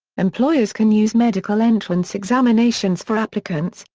employers can use medical entrance examinations for applicants,